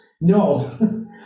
No